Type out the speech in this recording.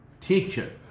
Teacher